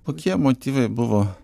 kokie motyvai buvo